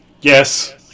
Yes